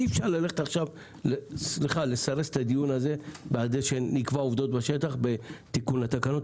ואי אפשר עכשיו לסרס את הדיון הזה בכך שנקבע עובדות בשטח בתיקון התקנות.